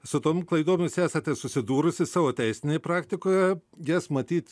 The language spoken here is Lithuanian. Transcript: su tom klaidom jūs esate susidūrusi savo teisinėj praktikoje jas matyt